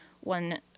one